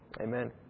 Amen